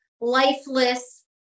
lifeless